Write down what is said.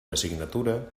assignatura